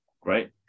Great